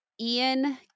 Ian